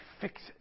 fix